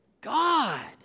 God